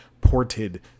ported